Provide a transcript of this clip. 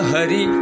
Hari